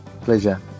Pleasure